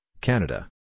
Canada